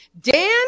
Dan